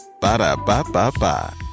Ba-da-ba-ba-ba